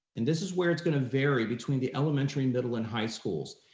and this is where it's gonna vary between the elementary, middle and high schools.